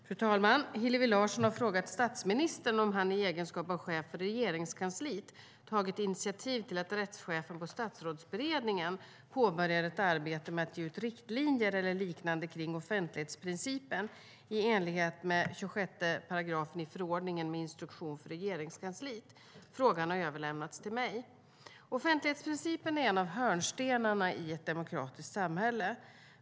Fru talman! Hillevi Larsson har frågat statsministern om han i egenskap av chef för Regeringskansliet tagit initiativ till att rättschefen i Statsrådsberedningen påbörjar ett arbete med att ge ut riktlinjer eller liknande kring offentlighetsprincipen i enlighet med 26 § i förordningen med instruktion för Regeringskansliet. Frågan har överlämnats till mig. Offentlighetsprincipen är en av hörnstenarna i ett demokratiskt samhälle.